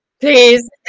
please